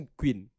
queen